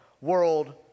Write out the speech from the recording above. world